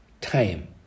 time